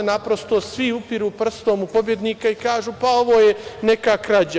Naprosto svi upiru prstom u pobednike i kažu – pa, ovo je neka krađa.